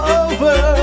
over